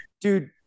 dude